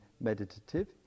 meditative